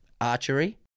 archery